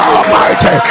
Almighty